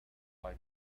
are